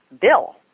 bill